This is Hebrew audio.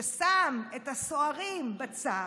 ששם את הסוהרים בצד,